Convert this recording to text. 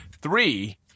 three